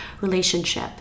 relationship